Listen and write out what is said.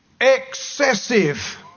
excessive